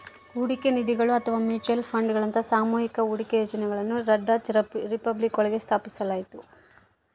ಹೂಡಿಕೆ ನಿಧಿಗಳು ಅಥವಾ ಮ್ಯೂಚುಯಲ್ ಫಂಡ್ಗಳಂತಹ ಸಾಮೂಹಿಕ ಹೂಡಿಕೆ ಯೋಜನೆಗಳನ್ನ ಡಚ್ ರಿಪಬ್ಲಿಕ್ ಒಳಗ ಸ್ಥಾಪಿಸಲಾಯ್ತು